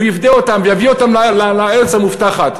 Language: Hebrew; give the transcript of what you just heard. הוא יפדה אותם ויביא אותם לארץ המובטחת.